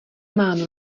mám